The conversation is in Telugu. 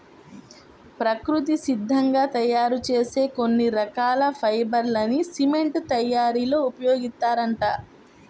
ప్రకృతి సిద్ధంగా తయ్యారు చేసే కొన్ని రకాల ఫైబర్ లని సిమెంట్ తయ్యారీలో ఉపయోగిత్తారంట